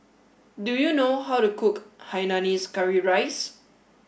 do you know how to cook Hainanese Curry Rice